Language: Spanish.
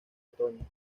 otoño